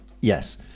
yes